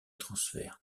transfert